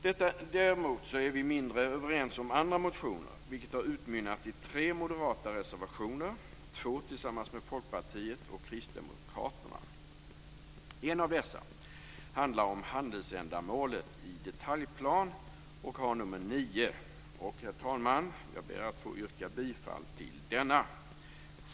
Däremot är vi mindre överens om andra motioner, vilket har utmynnat i tre moderata reservationer, två tillsammans med Folkpartiet och Kristdemokraterna. En av dessa handlar om handelsändamålet i detaljplan och har nummer 9. Herr talman! Jag ber att få yrka bifall till denna.